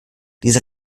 diese